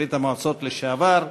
ברית-המועצות לשעבר.